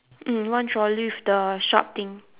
mm one trolley with the sharp thing